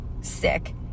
sick